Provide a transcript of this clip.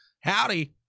Howdy